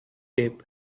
rape